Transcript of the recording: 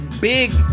big